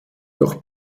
doch